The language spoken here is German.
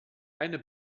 eine